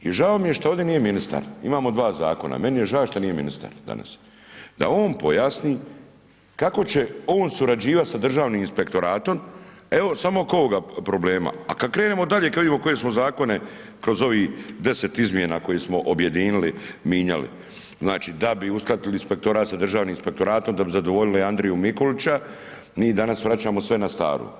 I žao mi je što ovdje nije ministar, imamo dva Zakona, meni je ža' šta nije ministar danas, da on pojasni kako će on surađivat sa Državnim inspektoratom, evo samo oko ovoga problema, a kad krenemo dalje kad vidimo koje smo Zakone kroz ovi deset izmjena koje smo objedinili minjali, znači da bi uskladili Inspektorat sa Državnim inspektoratom da bi zadovoljili Andriju Mikulića, mi danas vraćamo sve na staro.